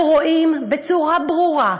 ואנחנו רואים בצורה ברורה,